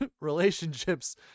relationships